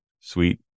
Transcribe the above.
sweet